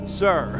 sir